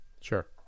sure